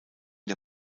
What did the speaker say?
der